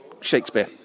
Shakespeare